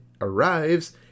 arrives